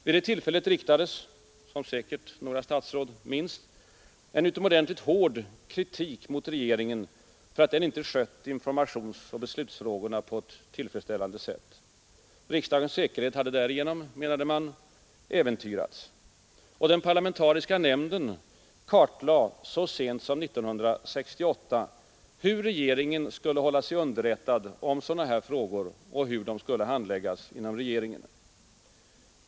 Vid det tillfället riktades — som säkert några statsråd minns — utomordentligt hård kritik mot regeringen för att den inte skött informationsoch beslutsfrågorna på ett tillfredsställande sätt. Rikets säkerhet hade därigenom, menade man, äventyrats. Och den parlamentariska nämnden kartlade så sent som 1968 hur regeringen skulle hålla sig underrättad om sådana här frågor och hur de skulle handläggas inom regeringen.